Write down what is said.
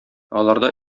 аларда